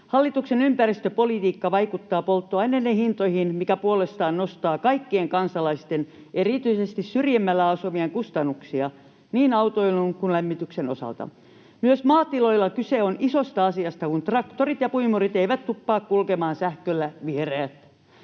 Hallituksen ympäristöpolitiikka vaikuttaa polttoaineiden hintoihin, mikä puolestaan nostaa kaikkien kansalaisten, erityisesti syrjemmällä asuvien, kustannuksia niin autoilun kuin lämmityksen osalta. Myös maatiloilla kyse on isosta asiasta, kun traktorit ja puimurit eivät tuppaa kulkemaan sähköllä, vihreät.